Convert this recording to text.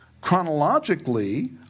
chronologically